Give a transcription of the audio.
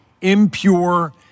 impure